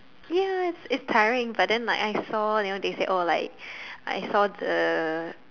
ya it's it's tiring but then like I saw you know they said oh like I saw the